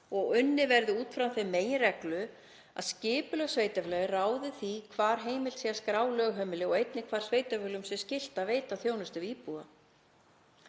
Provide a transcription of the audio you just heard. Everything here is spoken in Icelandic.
unnið verði út frá þeirri meginreglu að skipulag sveitarfélaga ráði því hvar heimilt sé að skrá lögheimili og einnig hvar sveitarfélögum sé skylt að veita þjónustu við íbúa.